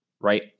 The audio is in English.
right